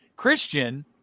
Christian